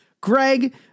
Greg